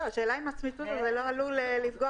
השאלה היא אם הצמיתות לא עלול אחרי זה לפגוע